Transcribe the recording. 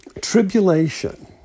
tribulation